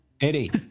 Eddie